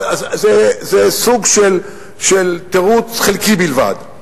אבל זה סוג של תירוץ חלקי בלבד.